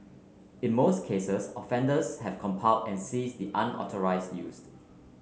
in most cases offenders have complied and ceased the unauthorised used